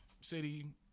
city